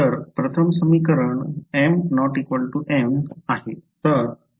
तर प्रथम समीकरणं आहे